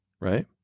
right